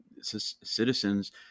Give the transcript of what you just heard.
citizens